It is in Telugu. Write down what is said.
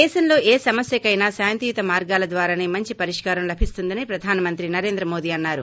దేశంలో ఏ సమస్యనైనా శాంతియుత మార్గాల ద్వారానే మంచి పరిష్కారం లభిస్తుందని ప్రధానమంత్రి నరేంద్ర మోదీ అన్నారు